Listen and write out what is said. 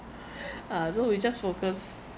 uh so we just focus